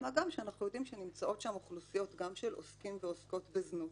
מה גם שאנחנו יודעים שנמצאות שם אוכלוסיות גם של עוסקים ועוסקות בזנות,